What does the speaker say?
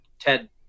Ted